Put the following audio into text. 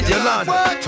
Yolanda